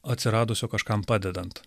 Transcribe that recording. atsiradusio kažkam padedant